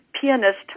pianist